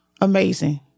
amazing